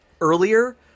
earlier